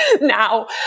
now